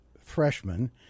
freshman